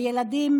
הילדים,